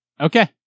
Okay